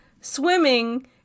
swimming